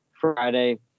Friday